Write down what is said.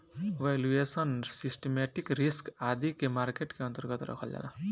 valuation, systematic risk आदि के market के अन्तर्गत रखल जाला